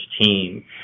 team